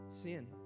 sin